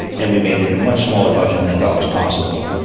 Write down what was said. and we made it a much smaller budget than i thought was possible.